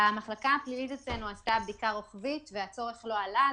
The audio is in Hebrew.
המחלקה הפלילית אצלנו עשתה בדיקה רוחבית והצורך לא עלה.